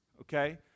Okay